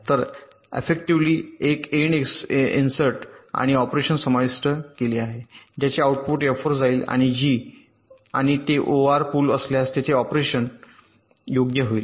तर affectivly एक and insert आणि ऑपरेशन समाविष्ट केले आहे ज्याचे आउटपुट एफ वर जाईल आणि जी आणि ते OR पूल असल्यास तेथे ऑपरेशन योग्य होईल